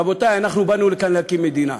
רבותי, אנחנו באנו לכאן להקים מדינה.